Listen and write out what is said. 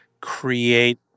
create